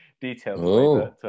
details